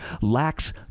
lacks